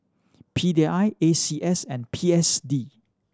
P D I A C S and P S D